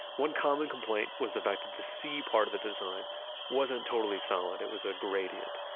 one common complaint was the fact that the c part of the design wasn't totally solid. it was a gradient.